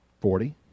Forty